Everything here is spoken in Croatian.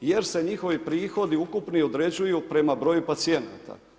Jer se njihovi prihodi ukupni određuju prema broju pacijenata.